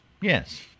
Yes